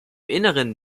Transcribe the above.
inneren